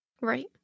Right